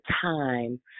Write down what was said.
time